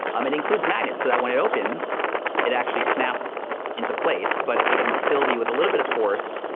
um it includes magnets. so that when it opens it actually snaps into place, but it can still be with a little bit of force,